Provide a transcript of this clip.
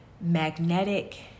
magnetic